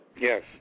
Yes